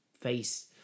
face